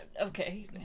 okay